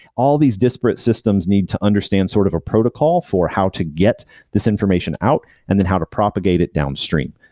all these disparate systems need to understand sort of a protocol for how to get this information out and then how to propagate it downstream.